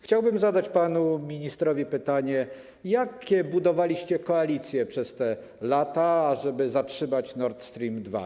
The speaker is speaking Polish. Chciałbym zadać panu ministrowi pytanie: Jakie koalicje budowaliście przez te lata, ażeby zatrzymać Nord Stream 2?